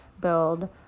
build